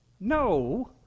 No